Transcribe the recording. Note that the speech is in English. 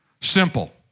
Simple